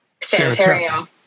sanitarium